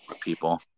People